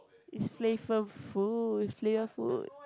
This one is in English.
it's flavourful it's flavourful